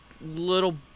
little